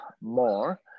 more